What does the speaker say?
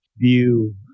view